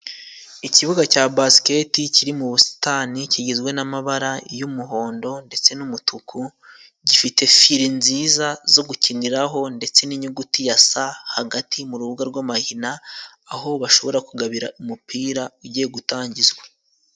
Ikibuga cya basiketi kiri mu busitani, kigizwe n'amabara y'umuhondo ndetse n'umutuku, gifite fire nziza zo gukiniraho, ndetse n'inyuguti ya SA hagati mu rubuga rw'amahina, aho bashobora kugabira umupira ugiye gutangizwa.